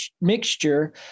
mixture